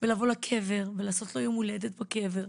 בלבוא לקבר ולעשות לו יום הולדת בקבר,